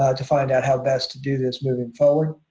ah to find out how best to do this moving forward.